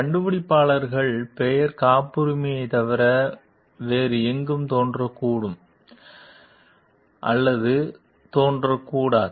கண்டுபிடிப்பாளர்கள் பெயர் காப்புரிமையைத் தவிர வேறு எங்கும் தோன்றக்கூடும் அல்லது தோன்றக்கூடாது